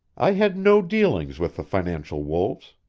i had no dealings with the financial wolves.